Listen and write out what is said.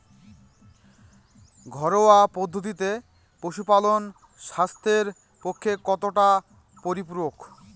ঘরোয়া পদ্ধতিতে পশুপালন স্বাস্থ্যের পক্ষে কতটা পরিপূরক?